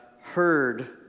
heard